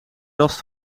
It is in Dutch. last